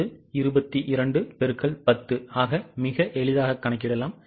இது 22 X 10 ஆக மிகவும் எளிதானது